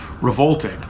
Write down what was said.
revolting